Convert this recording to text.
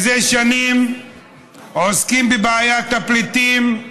מזה שנים עוסקים בבעיית הפליטים.